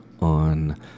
on